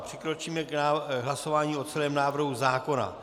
Přikročíme k hlasování o celém návrhu zákona.